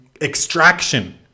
extraction